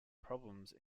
problems